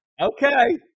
Okay